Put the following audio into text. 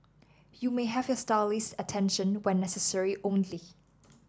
you may have your stylist's attention when necessary only